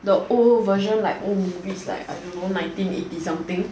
the old version like old movies like nineteen eighty something